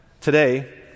today